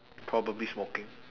probably smoking